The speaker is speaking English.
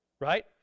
Right